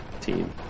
team